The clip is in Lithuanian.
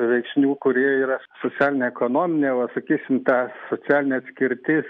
veiksnių kurie yra socialinė ekonominė va sakysim ta socialinė atskirtis